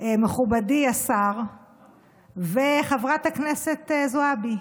מכובדי השר וחברת הכנסת זועבי,